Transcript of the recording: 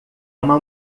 uma